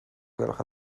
gwelwch